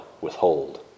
withhold